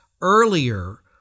earlier